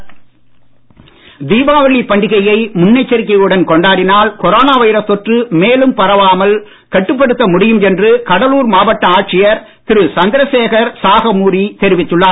கடலூர் மாவட்ட ஆட்சியர் தீபாவளி பண்டிகையை முன்னெச்சரிக்கையுடன் கொண்டாடினால் கொரோனா வைரஸ் தொற்று மேலும் பரவாமல் கட்டுப்படுத்த முடியும் என்று கடலூர் மாவட்ட ஆட்சியர் திரு சந்திரசேகர் சாகமூரி தெரிவித்துள்ளார்